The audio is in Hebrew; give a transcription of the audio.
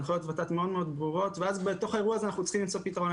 הנחיות ות"ת מאוד ברורות ואז בתוך האירוע הזה אנחנו צריכים למצוא פתרון.